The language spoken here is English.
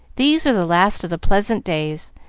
these are the last of the pleasant days,